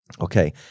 Okay